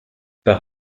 par